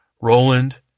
roland